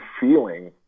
feeling